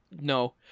no